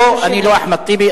פה אני לא אחמד טיבי,